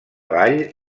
vall